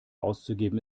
auszugeben